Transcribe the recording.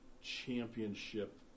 championship